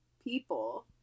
people